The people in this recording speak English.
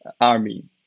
army